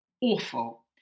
awful